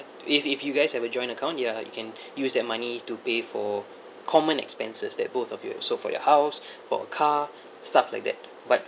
if if you guys have a joint account you are you can use that money to pay for common expenses that both of you so for your house for a car stuff like that but